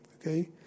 okay